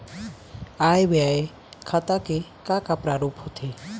आय व्यय खाता के का का प्रारूप होथे?